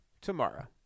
tomorrow